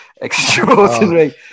extraordinary